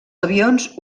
avions